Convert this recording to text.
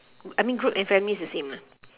I mean group and family is the same